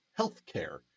healthcare